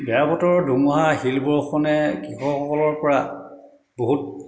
বেয়া বতৰত ধুমুহা শিল বৰষুণে কৃষকসকলৰ পৰা বহুত